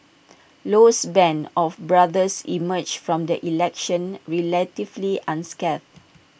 Low's Band of brothers emerged from the election relatively unscathed